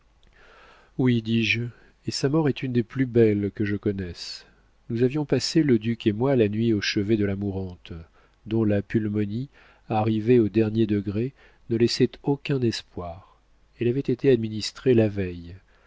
oui dis-je et sa mort est une des plus belles que je connaisse nous avions passé le duc et moi la nuit au chevet de la mourante dont la pulmonie arrivée au dernier degré ne laissait aucun espoir elle avait été administrée la veille